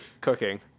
cooking